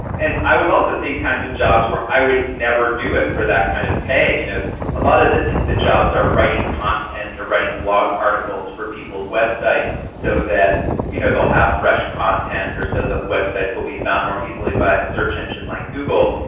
and i was also seeing kind of jobs where i would never do it for that kind of pay. you know a lot of the jobs jobs are writing content or writing blog articles for people's websites so that you know they'll have fresh content or so the websites will be found more easily by a search engine like google.